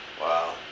Wow